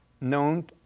known